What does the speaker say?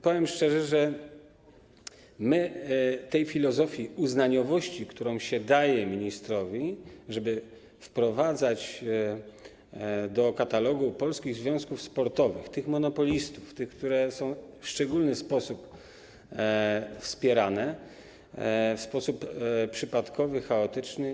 Powiem szczerze, że my nie rozumiemy tej filozofii uznaniowości, którą się daje ministrowi, żeby wprowadzać do katalogu polskich związków sportowych tych monopolistów, tych, którzy są w szczególny sposób wspierani, w sposób przypadkowy i chaotyczny.